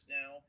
now